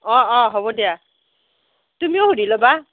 অঁ অঁ হ'ব দিয়া তুমিও সুধি ল'বা